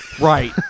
right